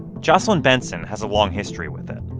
jocelyn benson has a long history with it.